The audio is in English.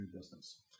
business